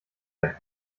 weg